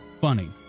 funny